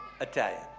Italian